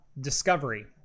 Discovery